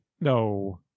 No